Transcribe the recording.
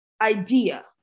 idea